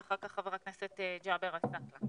ואחר כך חבר הכנסת ג'אבר עסאקלה.